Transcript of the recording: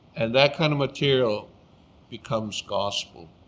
and that kind of material becomes gospel